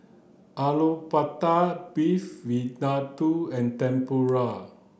Alu Beef Vindaloo and Tempura